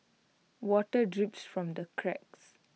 water drips from the cracks